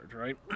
right